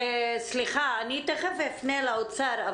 סליחה, אני תיכף אפנה לאוצר.